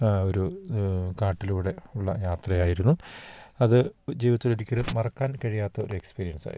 ഒരു കാട്ടിലൂടെ ഉള്ള യാത്രയായിരുന്നു അത് ജീവിതത്തിലൊരിക്കലും മറക്കാൻ കഴിയാത്ത ഒരു എക്സ്പീരിയൻസ് ആയിരുന്നു